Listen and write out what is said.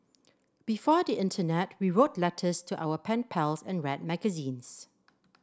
before the internet we wrote letters to our pen pals and read magazines